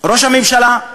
ראש הממשלה,